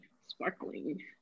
sparkling